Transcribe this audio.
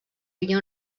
havia